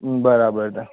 બરાબર